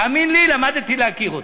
תאמין לי, למדתי להכיר אותו.